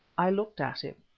i looked at him.